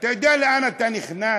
אתה יודע לאן אתה נכנס?